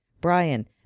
Brian